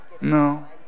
No